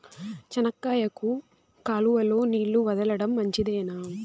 చెనక్కాయకు కాలువలో నీళ్లు వదలడం మంచిదేనా?